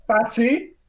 fatty